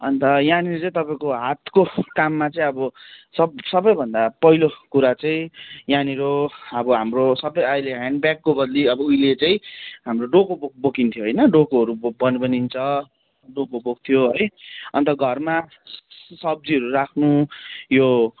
अनि त यहाँनेरि चाहिँ तपाईँको हातको काममा चाहिँ अब सब सबैभन्दा पहिलो कुरा चाहिँ यहाँनिर अब हाम्रो सबै अहिले हामी ब्यागको बदली अब उहिले चाहिँ हाम्रो डोको बोक् बोकिन्थ्यो होइन डोकोहरू भन् भनिन्छ डोको बोक्थ्यो है अनि त घरमा सब्जीहरू राख्नु यो